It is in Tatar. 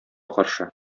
каршы